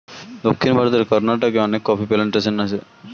দক্ষিণ ভারতের কর্ণাটকে অনেক কফি প্ল্যান্টেশন আছে